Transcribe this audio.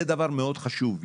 זה דבר מאוד חשוב.